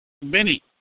Benny